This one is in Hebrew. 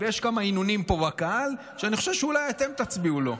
יש כמה הנהונים פה בקהל שאני חושב שאולי אתם תצביעו לו.